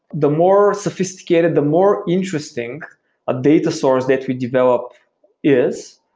the more sophisticated, the more interesting a data source that we developed is,